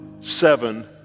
seven